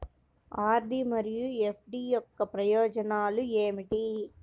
RD మరియు FD యొక్క ప్రయోజనాలు ఏమిటి?